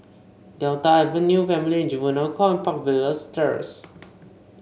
Delta Avenue Family and Juvenile Court and Park Villas Terrace